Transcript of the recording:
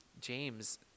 James